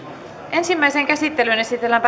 ensimmäiseen käsittelyyn esitellään